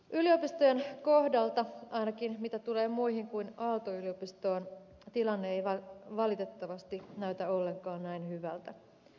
yliopistojen kohdalta ainakin mitä tulee muihin kuin aalto yliopistoon tilanne ei valitettavasti näytä ollenkaan näin hyvältä